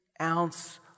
ounce